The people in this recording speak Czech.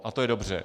A to je dobře.